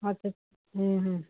ਅੱਛਾ ਅੱਛਾ ਹੂੰ ਹੂੰ